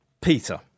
Peter